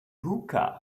hookah